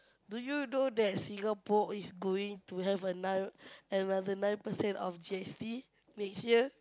do you know that Singapore is going to have ano~ another nine percent of G_S_T next year